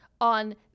on